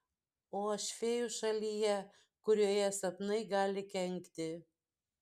o aš fėjų šalyje kurioje sapnai gali kenkti